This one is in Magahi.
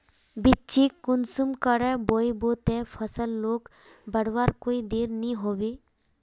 बिच्चिक कुंसम करे बोई बो ते फसल लोक बढ़वार कोई देर नी होबे?